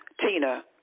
Tina